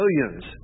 billions